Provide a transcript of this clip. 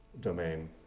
domain